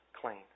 clean